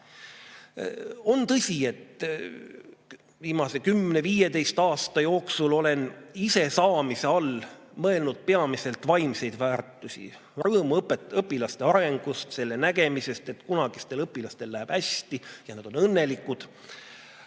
On tõsi, et viimase kümne-viieteistkümne aasta jooksul olen ise saamise all mõelnud peamiselt vaimseid väärtusi, rõõmu õpilaste arengust, selle nägemisest, et kunagistel õpilastel läheb hästi ja nad on õnnelikud.